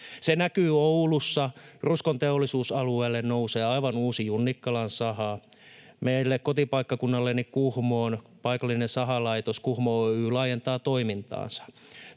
Se näkyy Oulussa, jossa Ruskon teollisuusalueelle nousee aivan uusi Junnikkalan saha. Meillä kotipaikkakunnallani Kuhmossa paikallinen sahalaitos Kuhmo Oy laajentaa toimintaansa,